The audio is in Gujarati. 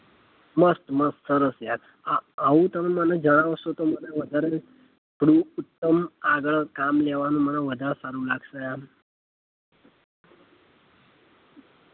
મસ્ત મસ્ત સરસ યાર આ આવું તમે મને જણાવશો તો મને વધારે થોડું ઉત્તમ આગળ કામ લેવાનું મને વધારે સારું લાગશે યાર